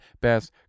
best